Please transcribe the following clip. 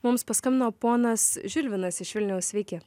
mums paskambino ponas žilvinas iš vilniaus sveiki